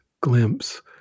glimpse